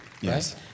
Yes